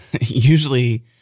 usually